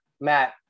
Matt